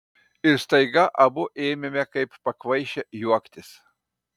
ir staiga abu ėmėme kaip pakvaišę juoktis